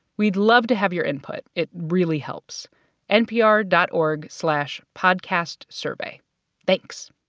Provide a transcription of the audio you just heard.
we'd love to have your input. it really helps npr dot org slash podcastsurvey. thanks